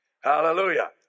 Hallelujah